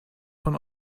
von